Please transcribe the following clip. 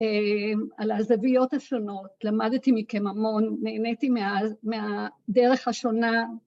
על הזוויות השונות, למדתי מכם המון, נהניתי מהדרך השונה